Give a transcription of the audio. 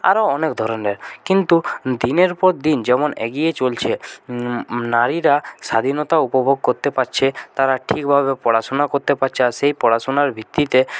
আরও অনেক ধরনের কিন্তু দিনের পর দিন যেমন এগিয়ে চলছে নারীরা স্বাধীনতা উপভোগ করতে পারছে তারা ঠিকভাবে পড়াশোনা করতে পারছে আর সেই পড়াশোনার ভিত্তিতে